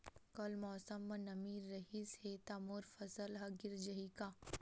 कल मौसम म नमी रहिस हे त मोर फसल ह गिर जाही का?